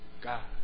God